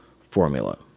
formula